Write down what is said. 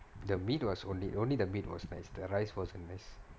the meat was only only the meat was nice at rice was a mess